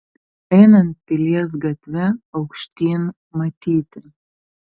einant pilies gatve aukštyn matyti